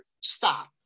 Stop